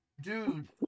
dude